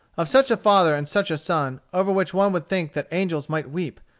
of such a father and such a son, over which one would think that angels might weep,